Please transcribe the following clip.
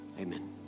Amen